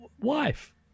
wife